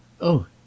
Oh